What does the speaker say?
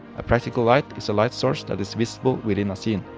a practical light is a light source that is visible within a scene.